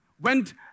went